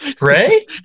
Ray